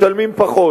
משלמים פחות.